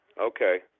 Okay